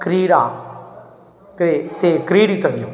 क्रीडा के ते क्रीडितव्यं